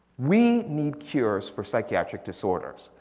we need cures for psychiatric disorders.